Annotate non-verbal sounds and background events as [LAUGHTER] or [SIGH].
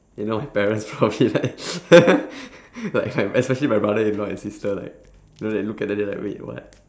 you know my parents probably like [LAUGHS] like my especially like my brother in law and sister like you know they look at then like wait what